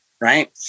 right